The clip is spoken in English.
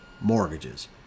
mortgages